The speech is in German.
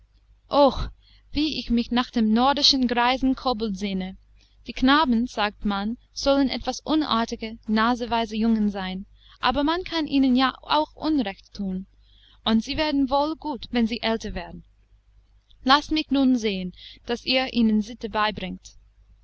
wie ich mich nach dem nordischen greisen kobold sehne die knaben sagt man sollen etwas unartige naseweise jungen sein aber man kann ihnen ja auch unrecht thun und sie werden wohl gut wenn sie älter werden laßt mich nun sehen daß ihr ihnen sitte beibringt